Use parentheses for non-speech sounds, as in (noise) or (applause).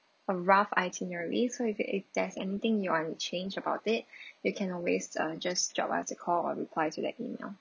a rough itinerary so that if there's anything you want change about it (breath) you can always uh just drop us a call or reply to that email